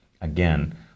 Again